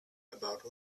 about